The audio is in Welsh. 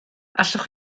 allwch